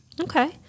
Okay